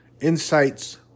Insights